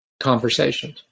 conversations